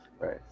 Right